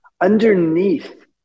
underneath